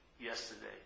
yesterday